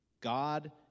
God